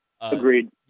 Agreed